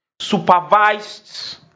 Supervised